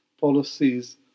policies